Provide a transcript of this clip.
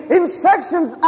instructions